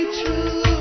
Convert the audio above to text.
true